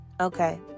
Okay